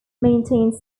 maintains